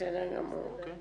בסדר גמור.